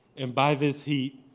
and by this heat,